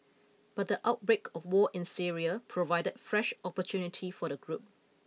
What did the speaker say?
but the outbreak of war in Syria provided fresh opportunity for the group